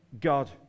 God